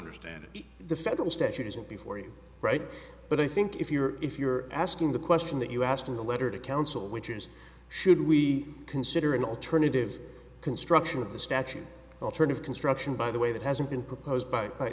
understand the federal statute isn't before you right but i think if you're if you're asking the question that you asked in the letter to counsel which is should we consider an alternative construction of the statute alternative construction by the way that hasn't been proposed by